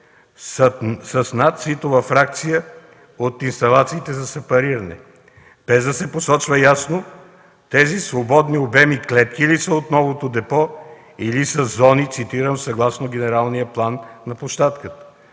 с нацитова фракция от инсталациите за сепариране”, без да се посочва ясно – тези свободни обеми клетки от новото депо ли са, или са зони, цитирам: „съгласно генералния план на площадката”?